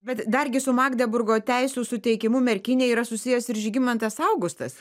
bet dargi su magdeburgo teisių suteikimu merkinei yra susijęs ir žygimantas augustas